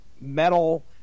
metal